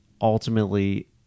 ultimately